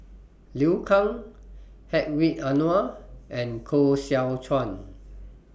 Liu Kang Hedwig Anuar and Koh Seow Chuan